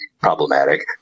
problematic